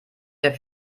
der